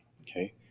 Okay